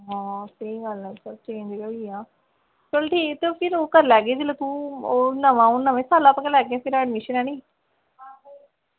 आं स्हेई गल्ल आक्खेआ चेंज़ गै होई गेआ ते चल ठीक फिर ओह् करी लैगे जेल्लै तू ओह् फिर नमें सालै उप्पर गै लैगे एडमिशन हैनी